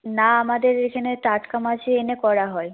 না আমাদের এখানে টাটকা মাছই এনে করা হয়